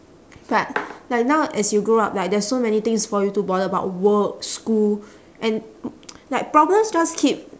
but like now as you grow up like there's so many things for you to bother about work school and like problems just keep